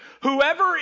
Whoever